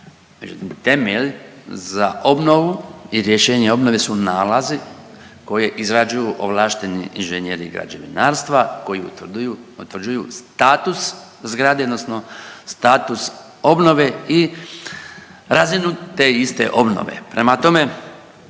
temelj za obnovu i rješenje o obnovi su nalazi koje izgrađuju ovlašteni inženjeri građevinarstva koji utvrđuju status zgrade, odnosno status obnove i razinu te iste obnove. Prema tome,